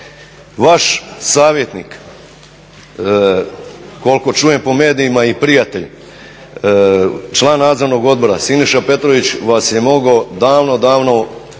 Vaš savjetnik, koliko čujem po medijima i prijatelj, član Nadzornog odbora Siniša Petrović vas je mogao davno, davno